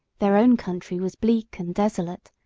their own country was bleak and desolate,